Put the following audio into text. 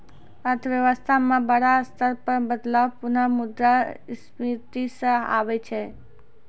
अर्थव्यवस्था म बड़ा स्तर पर बदलाव पुनः मुद्रा स्फीती स आबै छै